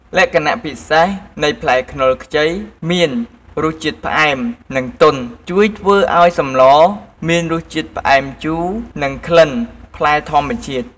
លក្ខណៈពិសេសនៃផ្លែខ្នុរខ្ចីមានរសជាតិផ្អែម និងទន់ ជួយធ្វើឱ្យសម្លមានរសជាតិផ្អែមជូរ និងក្លិនផ្លែធម្មជាតិ។